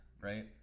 right